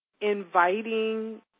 inviting